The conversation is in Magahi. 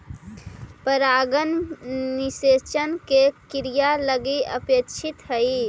परागण निषेचन के क्रिया लगी अपेक्षित हइ